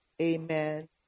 Amen